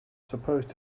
supposed